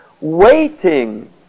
waiting